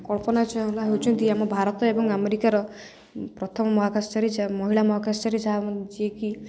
କଳ୍ପନା ଚାୱାଲା ହେଉଛନ୍ତି ଆମ ଭାରତ ଏବଂ ଆମେରିକାର ପ୍ରଥମ ମହାକାଶଚାରୀ ଯାହା ମହିଳା ମହାକାଶଚାରୀ ଯାହା ଯିଏକି